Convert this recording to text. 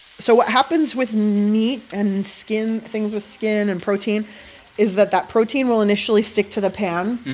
so what happens with meat and skin things with skin and protein is that that protein will initially stick to the pan.